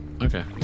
Okay